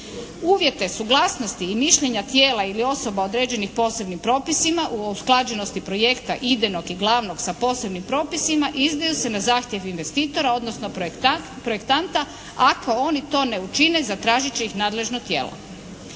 Uvjete, suglasnosti i mišljenja tijela ili osoba određenih posebnim propisima, o usklađenosti projekta idejnog i glavnog sa posebnim propisima izdaju se na zahtjev investitora odnosno projektanta, a ako oni to ne učine zatražit će ih nadležno tijelo.